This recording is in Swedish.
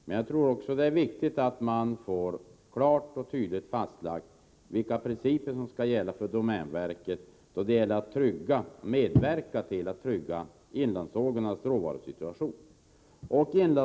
Men jag tror också att det är viktigt att man får klart och tydligt fastlagt vilka principer som skall gälla för domänverket då det gäller att medverka till att trygga inlandssågarnas råvaruförsörjning.